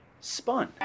Spun